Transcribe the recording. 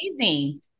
amazing